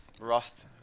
Rust